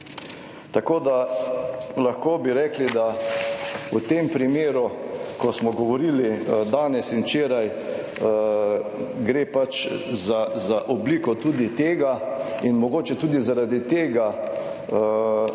Tako da lahko bi rekli, da v tem primeru, ko smo govorili danes in včeraj, gre pač za obliko tudi tega in mogoče tudi zaradi tega